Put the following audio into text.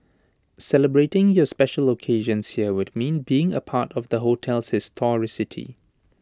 celebrating your special locations here would mean being A part of the hotel's historicity